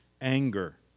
anger